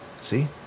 See